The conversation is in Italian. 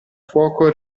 fuoco